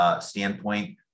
standpoint